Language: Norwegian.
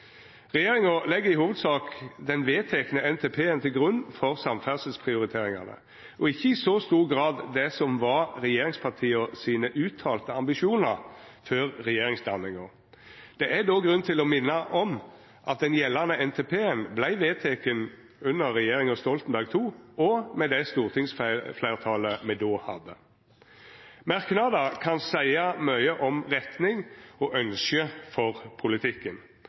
Regjeringa legg i hovudsak den vedtekne NTP-en til grunn for samferdselsprioriteringane, og ikkje i så stor grad det som var regjeringspartia sine uttalte ambisjonar før regjeringsdanninga. Det er då grunn til å minna om at den gjeldande NTP-en vart vedteken under regjeringa Stoltenberg II, og med det stortingsfleirtalet me då hadde. Merknader kan seia mykje om retning og ønske for politikken,